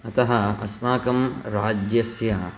अतः अस्माकं राज्यस्य